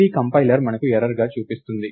ఇది కంపైలర్ మనకు ఎర్రర్ గా చూపిస్తుంది